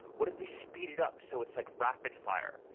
what if we speed it up so it's like rapid fire.